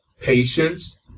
patience